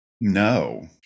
No